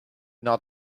not